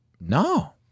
No